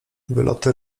wyloty